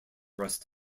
rest